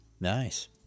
Nice